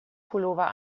pullover